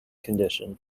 condition